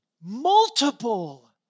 multiple